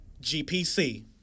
GPC